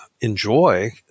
enjoy